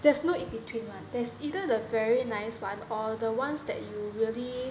there's no in between [one] there's either the very nice one all the ones that you really